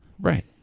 Right